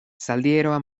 zaldieroa